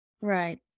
Right